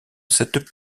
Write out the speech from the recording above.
cette